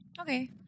Okay